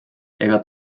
ega